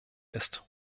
ist